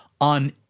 on